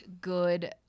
good